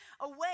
away